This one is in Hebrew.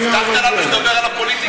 הבטחת לנו שתדבר על הפוליטיקה.